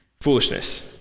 foolishness